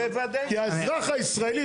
כי האזרח הישראלי,